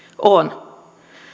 on